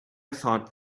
thought